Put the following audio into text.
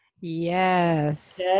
Yes